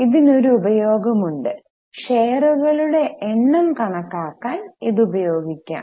ഇതിന് ഒരു ഉപയോഗമുണ്ട് ഷെയറുകളുടെ എണ്ണം കണക്കാക്കാൻ ഇത് ഉപയോഗിക്കാം